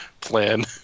plan